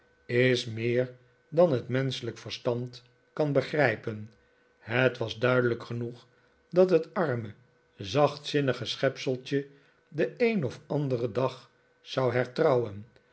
is meer dan het menschelijke verstand kan begrijpen het was duidelijk genoeg dat het arme zachtzinnige schepseltje den een of anderen dag zou hertrouwen